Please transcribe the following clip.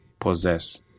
Possess